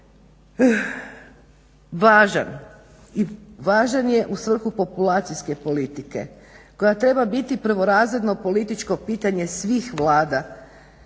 važan je u svrhu populacijske politike koja treba biti prvorazredno političko pitanje svih vlada